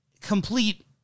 complete